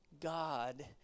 God